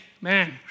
man